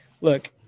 look